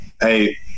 hey